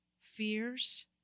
fears